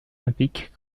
olympique